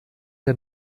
der